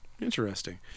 Interesting